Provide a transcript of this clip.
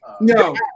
No